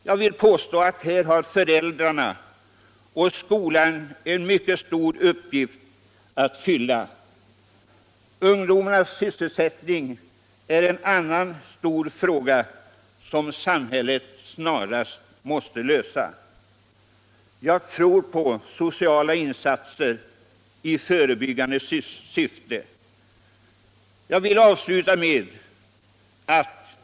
Jag vill påstå att föräldrarna och skolan här har en mycket stor uppgift att fylla. Ungdomarnas sysselsättning är en annan stor fråga som samhället snarast måste lösa. Jag tror på sociala insatser i förebyggande syfte.